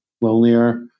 lonelier